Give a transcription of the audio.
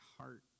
heart